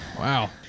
Wow